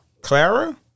Clara